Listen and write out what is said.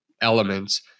elements